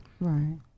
Right